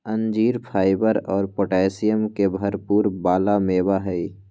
अंजीर फाइबर और पोटैशियम के भरपुर वाला मेवा हई